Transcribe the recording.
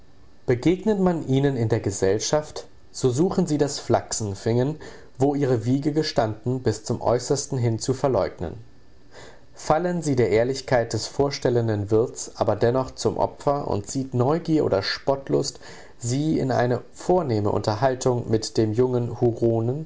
begegnet man ihnen in der gesellschaft so suchen sie das flachsenfingen wo ihre wiege gestanden bis zum äußersten hin zu verleugnen fallen sie der ehrlichkeit des vorstellenden wirts aber dennoch zum opfer und zieht neugier oder spottlust sie in eine vornehme unterhaltung mit dem jungen